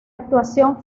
actuación